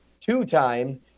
two-time